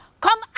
Come